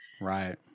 Right